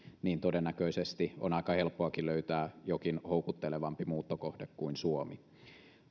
niin todennäköisesti on aika helppoakin löytää jokin houkuttelevampi muuttokohde kuin suomi